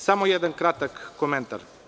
Samo jedan kratak komentar.